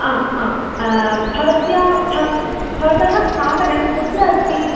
अ अ भवतः भव् भवतः स्थापनं कुत्र अस्ति